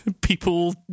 people